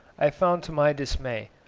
i found to my dismay,